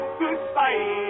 goodbye